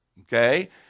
okay